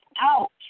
out